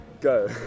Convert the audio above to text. Go